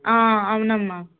ఆ అవునమ్మ